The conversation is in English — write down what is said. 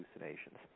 hallucinations